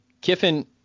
Kiffin